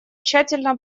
тщательно